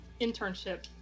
internship